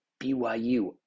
BYU